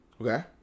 okay